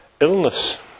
illness